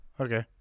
okay